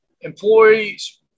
employees